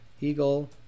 Eagle